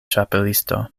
ĉapelisto